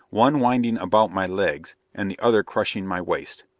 one winding about my legs and the other crushing my waist.